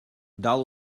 дал